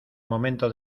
momento